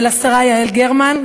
ולשרה יעל גרמן,